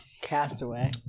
Castaway